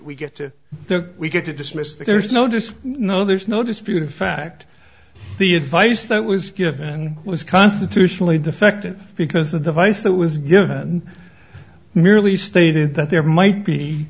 the we get to dismiss there's no disk no there's no dispute in fact the advice that was given was constitutionally defective because the device that was given merely stated that there might be